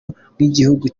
nk’igihugu